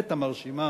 באמת המרשימה,